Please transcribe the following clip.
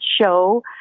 show